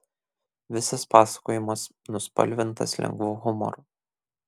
visas pasakojimas nuspalvintas lengvu humoru